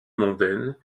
mondaine